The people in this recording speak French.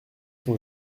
son